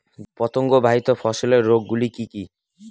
পতঙ্গবাহিত ফসলের রোগ গুলি কি কি?